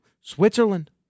Switzerland